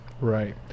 Right